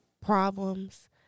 problems